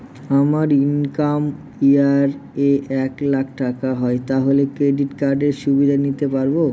আমার income year এ এক লাক টাকা হয় তাহলে ক্রেডিট কার্ড এর সুবিধা নিতে পারবো?